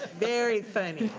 very funny.